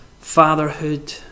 fatherhood